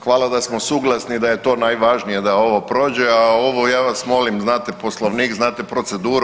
Hvala da smo suglasni da je to najvažnije da ovo prođe, a ovo ja vas molim znate Poslovnik, znate proceduru.